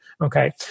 Okay